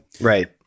Right